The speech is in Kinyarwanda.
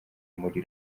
muri